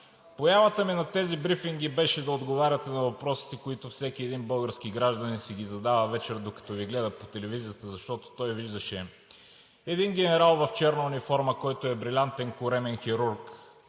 Появата ми на тези брифинги беше да отговаряте на въпросите, които всеки един български гражданин си ги задава вечер, докато Ви гледат по телевизията, защото той виждаше един генерал в черна униформа, който е брилянтен коремен хирург,